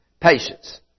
Patience